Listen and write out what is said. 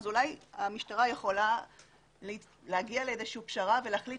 כך שאולי המשטרה יכולה להגיע לאיזושהי פשרה ולהחליט